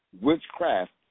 witchcraft